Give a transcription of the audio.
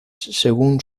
según